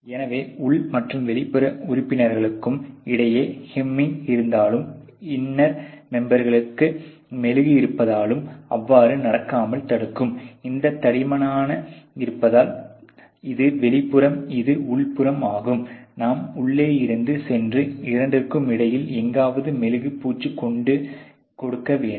எனவே உள் மற்றும் வெளிப்புற உறுப்பினர்களுக்கு இடையே ஹேமிங் இருந்தாலும் இன்னர் மெம்பெருக்குள் மெழுகு இருப்பதால் அவ்வாறு நடக்காமல் தடுக்கும் இந்த தடிமனாக இருந்தால் இது வெளிபுறம் இது உள்புறம் ஆகும் நாம் உள்ளே இருந்து சென்று இரண்டிற்கும் இடையில் எங்காவது மெழுகு பூச்சு கொடுக்க வேண்டும்